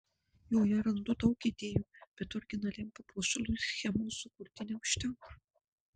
joje randu daug idėjų bet originaliam papuošalui schemos sukurti neužtenka